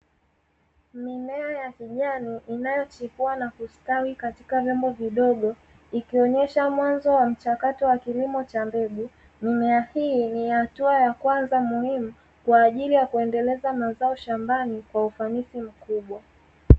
Mimea ya kijani inayochipua na kustawi katika vyombo vidogo, ikionyesha mwanzo wa mchakato wa kilimo cha mbegu. Mimea hii ni hatua ya kwanza muhimu kwa ajili ya kuendeleza mazao shambani kwa ufanisi mkubwa.